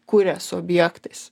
kuria su objektais